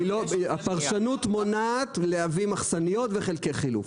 הפרשנות מונעת להביא מחסניות וחלקי חילוף.